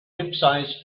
website